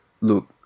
look